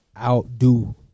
outdo